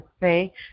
say